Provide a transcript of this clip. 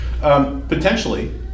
Potentially